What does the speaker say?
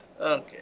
Okay